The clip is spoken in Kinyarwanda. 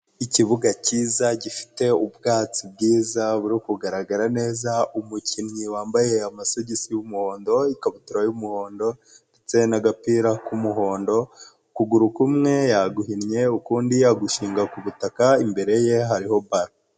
Ikibuga cyiza gifite ubwatsi bwiza buri kugaragara neza, umukinnyi wambaye amasogisi y'umuhondo, ikakabutura y'umuhondo, ndetse n'agapira k'umuhondo, ukuguru kumwe yaguhinnye ukundi agushinga ku butaka, imbere ye hariho baro.